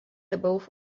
above